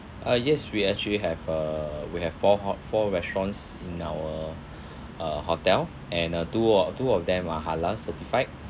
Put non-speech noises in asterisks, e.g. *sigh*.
uh yes we actually have uh we have four four restaurants in our *breath* uh hotel and uh two of two of them are halal certified